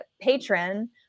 patron